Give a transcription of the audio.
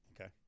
Okay